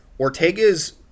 Ortega's